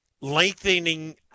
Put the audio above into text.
lengthening